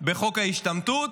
בחוק ההשתמטות,